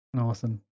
awesome